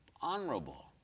honorable